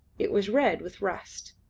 it was red with rust.